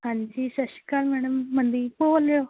ਹਾਂਜੀ ਸਤਿ ਸ਼੍ਰੀ ਅਕਾਲ ਮੈਡਮ ਮਨਦੀਪ ਬੋਲ ਰਹੇ ਹੋ